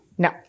No